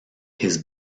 his